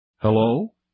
Hello